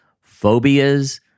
phobias